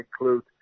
include